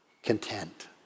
Content